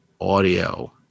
audio